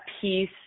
peace